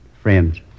Friends